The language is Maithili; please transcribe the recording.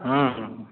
हूँ हूँ